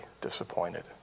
disappointed